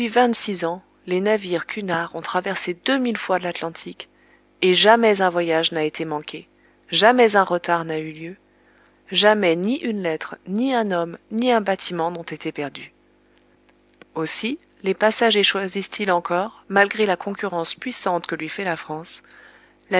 vingt-six ans les navires cunard ont traversé deux mille fois l'atlantique et jamais un voyage n'a été manqué jamais un retard n'a eu lieu jamais ni une lettre ni un homme ni un bâtiment n'ont été perdus aussi les passagers choisissent ils encore malgré la concurrence puissante que lui fait la france la